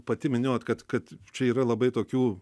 pati minėjot kad kad čia yra labai tokių